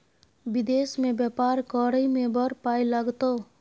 विदेश मे बेपार करय मे बड़ पाय लागतौ